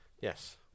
Yes